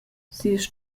sias